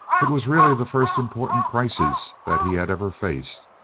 it was really the first important crisis that he had ever faced.